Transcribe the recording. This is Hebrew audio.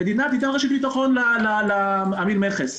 המדינה תיתן רשת ביטחון לעמיל המכס,